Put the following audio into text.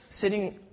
sitting